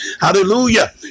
hallelujah